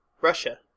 Russia